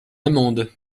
amande